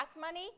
money